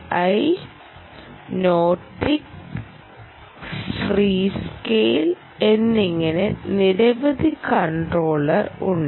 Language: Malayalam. ഐ നോർ ടിക് ഫ്രീസ്കെൽ എന്നിങ്ങനെ നിരവധി കൺട്രോളർ ഉണ്ട്